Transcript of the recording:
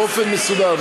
באופן מסודר.